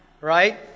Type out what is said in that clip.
right